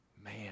Man